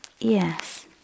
yes